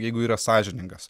jeigu yra sąžiningas